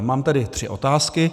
Mám tady tři otázky.